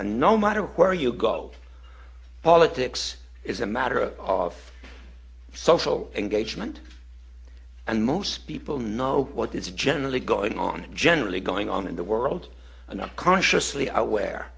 no matter where you go politics is a matter of social engagement and most people know what is generally going on generally going on in the world and not consciously